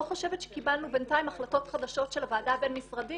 חושבת שקיבלנו בינתיים החלטות חדשות של הוועדה הבין משרדית